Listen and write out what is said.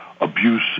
abuse